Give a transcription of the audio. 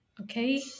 okay